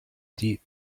deep